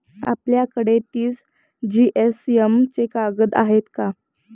आपल्याकडे तीस जीएसएम चे कागद आहेत का?